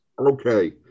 Okay